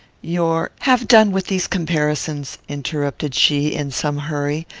your have done with these comparisons, interrupted she, in some hurry,